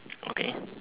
okay